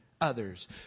Others